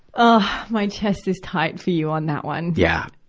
ah my chest is tight for you on that one. yeah.